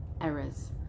errors